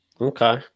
Okay